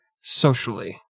socially